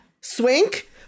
Swink